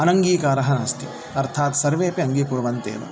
अनङ्गीकारः नास्ति अर्थात् सर्वेऽपि अङ्गीकुर्वन्त्येव